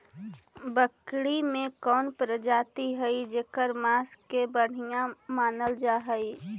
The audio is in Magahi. बकरी के कौन प्रजाति हई जेकर मांस के बढ़िया मानल जा हई?